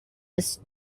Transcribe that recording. its